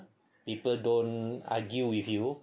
people don't argue with you